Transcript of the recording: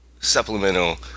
supplemental